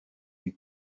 you